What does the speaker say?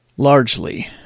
Largely